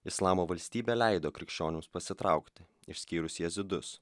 islamo valstybė leido krikščionims pasitraukti išskyrus jazidus